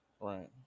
Right